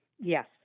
Yes